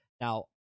now